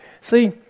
See